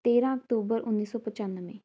ਤੇਰ੍ਹਾਂ ਅਕਤੂਬਰ ਉੱਨੀ ਸੌ ਪਚਾਨਵੇਂ